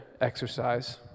exercise